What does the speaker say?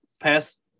past